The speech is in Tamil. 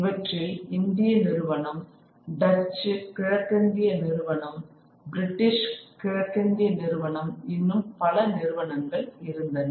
இவற்றில் இந்திய நிறுவனம் டச்சு கிழக்கிந்திய நிறுவனம் பிரிட்டிஷ் கிழக்கிந்திய நிறுவனம் இன்னும் பல நிறுவனங்கள் இருந்தன